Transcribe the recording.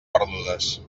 perdudes